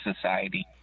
society